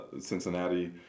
Cincinnati